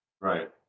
Right